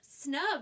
snub